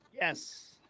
Yes